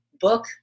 book